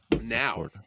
Now